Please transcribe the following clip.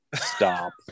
Stop